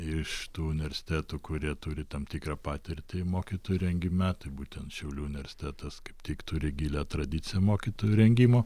iš tų universitetų kurie turi tam tikrą patirtį mokytojų rengime tai būtent šiaulių universitetas kaip tik turi gilią tradiciją mokytojų rengimo